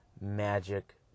Magic